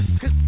cause